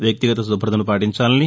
వ్యక్తిగత పరిశుభ్రతను పాటించాలని